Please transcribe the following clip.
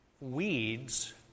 weeds